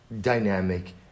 dynamic